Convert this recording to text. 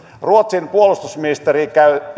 ruotsin puolustusministeri